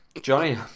Johnny